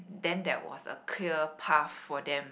then there was a clear path for them